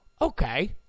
okay